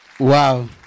Wow